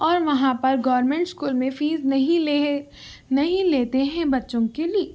اور وہاں پر گورنمنٹ اسکول میں فیس نہیں لے نہیں لیتے ہیں بچوں کے لیے